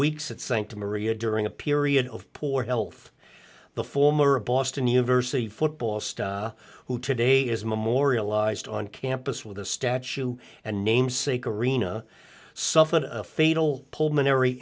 weeks at santa maria during a period of poor health the former boston university football star who today is memorialized on campus with a statue and namesake arena suffered a fatal pulmonary